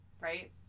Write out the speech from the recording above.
right